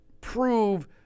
prove